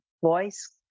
voice